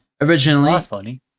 Originally